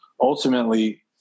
ultimately